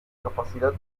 capacidad